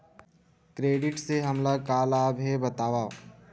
Credit से हमला का लाभ हे बतावव?